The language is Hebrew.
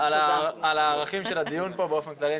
על הערכים של הדיון פה באופן כללי,